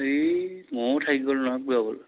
এই ময়ো থাকি গ'লো নহয় পুৰাবলৈ